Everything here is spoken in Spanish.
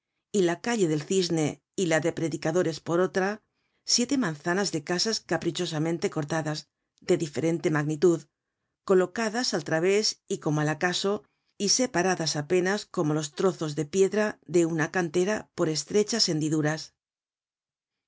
y la calle del cisne y la de predicadores por otra siete manzanas de casas caprichosamente cortadas de diferente magnitud colocadas al través y como al acaso y separadas apenas como los trozos de piedra de una cantera por estrechas hendiduras